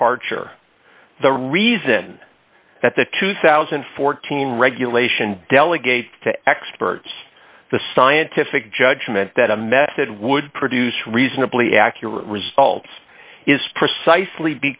departure the reason that the two thousand and fourteen regulation delegate to experts the scientific judgment that a method would produce reasonably accurate results is precisely